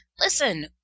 listen